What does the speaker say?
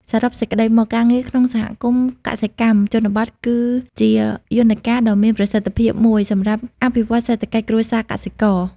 សរុបសេចក្តីមក ការងារក្នុងសហគមន៍កសិកម្មជនបទគឺជាយន្តការដ៏មានប្រសិទ្ធភាពមួយសម្រាប់អភិវឌ្ឍសេដ្ឋកិច្ចគ្រួសារកសិករ។